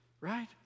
right